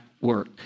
work